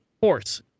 force